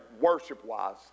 worship-wise